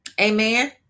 Amen